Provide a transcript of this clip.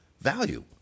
value